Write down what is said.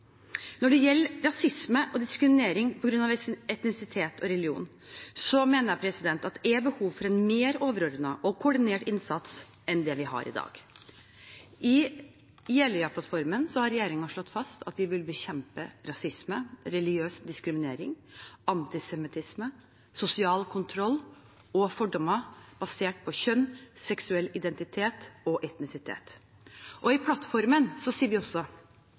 Når det gjelder rasisme og diskriminering på grunn av etnisitet og religion, mener jeg at det er behov for en mer overordnet og koordinert innsats enn det vi har i dag. I Jeløya-plattformen har regjeringen slått fast at vi vil «[b]ekjempe rasisme, religiøs diskriminering, antisemittisme, sosial kontroll og fordommer basert på kjønn, seksuell identitet og etnisitet». I plattformen sier vi også